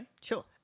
Sure